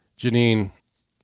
Janine